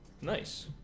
Nice